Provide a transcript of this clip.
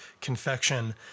confection